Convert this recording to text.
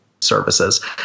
Services